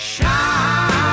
Shine